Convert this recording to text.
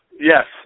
Yes